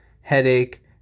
headache